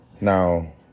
Now